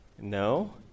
No